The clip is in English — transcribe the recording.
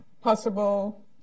possible